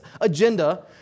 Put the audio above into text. agenda